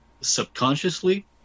subconsciously